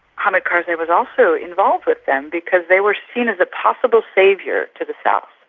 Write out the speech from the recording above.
hamid karzai was also involved with them because they were seen as a possible saviour to the south,